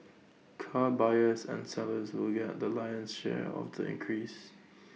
car buyers and sellers will get the lion's share of the increase